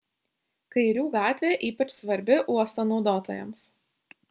kairių gatvė ypač svarbi uosto naudotojams